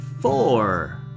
four